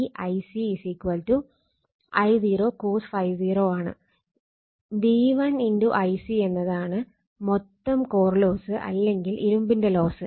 V1 Ic എന്നതാണ് മൊത്തം core loss അല്ലെങ്കിൽ ഇരുമ്പിന്റെ ലോസ്